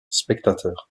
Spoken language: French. spectateurs